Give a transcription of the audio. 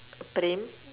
praem